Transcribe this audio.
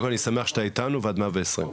כל אני שמח שאתה איתנו ועד מאה ועשרים.